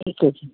ਠੀਕ ਹੈ ਜੀ